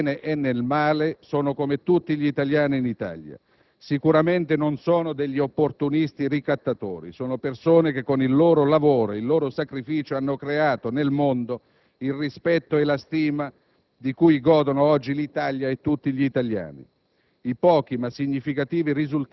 Gli italiani all'estero, nel bene e nel male, sono come tutti gli italiani in Italia. Sicuramente non sono degli opportunisti ricattatori; sono persone che con il loro lavoro e il loro sacrificio hanno creato nel mondo il rispetto e la stima di cui godono oggi l'Italia e tutti gli italiani.